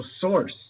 source